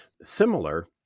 similar